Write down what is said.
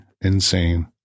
insane